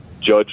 judge